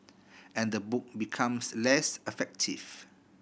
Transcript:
and the book becomes less effective